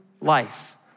life